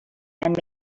and